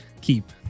keep